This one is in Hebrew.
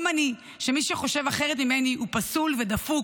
גם אני חשבתי שמי שחושב אחרת ממני הוא פסול ודפוק